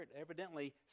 evidently